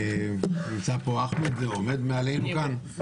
נמצא פה אחמד ועומד מעלינו כאן.